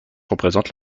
représente